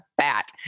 fat